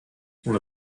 sont